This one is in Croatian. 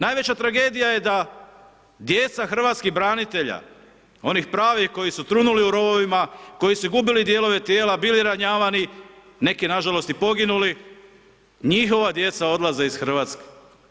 Najveća tragedija je da djeca hrvatskih branitelja, onih pravih koji su trunuli u rovovima, koji su gubili dijelove tijela, bili ranjavani, neki nažalost i poginuli, njihova djeca odlaze iz RH.